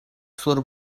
sur